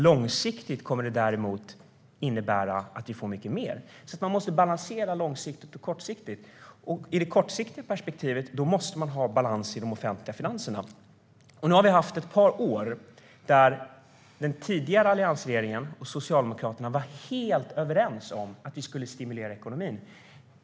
Långsiktigt kommer det däremot att innebära att staten får mycket mer. Man måste alltså balansera det långsiktiga och det kortsiktiga. I det kortsiktiga perspektivet måste man ha balans i de offentliga finanserna. Nu har vi haft ett par år då den tidigare alliansregeringen och Socialdemokraterna var helt överens om att vi skulle stimulera ekonomin.